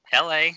LA